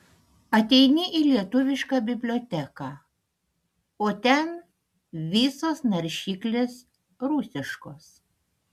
ateini į lietuviška biblioteką o ten visos naršyklės rusiškos